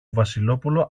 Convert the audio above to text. βασιλόπουλο